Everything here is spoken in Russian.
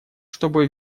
чтобы